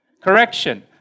Correction